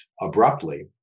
abruptly